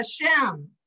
Hashem